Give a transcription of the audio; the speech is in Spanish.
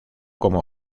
como